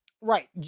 Right